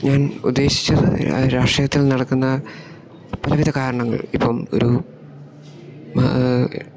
ഞാൻ ഉദ്ദേശിച്ചത് രാഷ്ട്രീയത്തിൽ നടക്കുന്ന പലവിധ കാരണങ്ങൾ ഇപ്പം ഒരു മാ